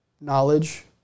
knowledge